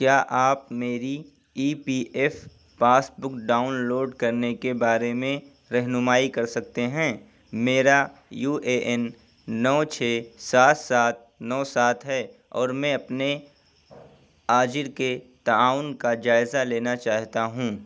کیا آپ میری E P F passbook download کرنے کے بارے میں رہنمائی کر سکتے ہیں میرا یو اے این نو چھ سات سات نو سات ہے اور میں اپنے آجر کے تعاون کا جائزہ لینا چاہتا ہوں